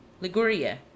Liguria